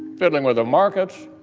fiddling with the markups,